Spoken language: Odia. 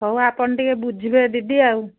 ହଉ ଆପଣ ଟିକିଏ ବୁଝିବେ ଦିଦି ଆଉ